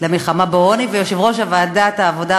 למלחמה בעוני ויושב-ראש ועדת העבודה,